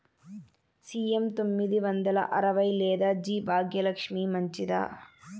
CM తొమ్మిది వందల అరవై లేదా జి భాగ్యలక్ష్మి మంచిదా?